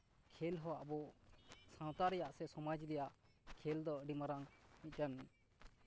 ᱠᱷᱮᱞ ᱦᱚᱸ ᱟᱵᱚ ᱥᱟᱶᱛᱟ ᱨᱮᱭᱟᱜ ᱥᱮ ᱥᱚᱢᱟᱡᱽ ᱨᱮᱭᱟᱜ ᱠᱷᱮᱞ ᱫᱚ ᱟᱹᱰᱤ ᱢᱟᱨᱟᱝ ᱢᱤᱫᱴᱮᱱ